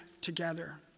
together